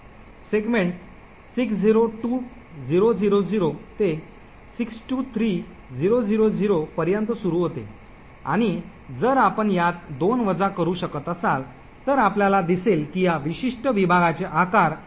segment 602000 ते 623000 पर्यंत सुरू होते आणि जर आपण यात 2 वजा करू शकत असाल तर आपल्याला दिसेल की या विशिष्ट विभागाचे आकार 132 किलोबाइट आहे